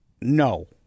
No